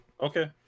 Okay